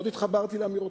מאוד התחברתי לאמירותיו.